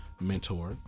mentor